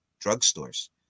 drugstores